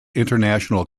international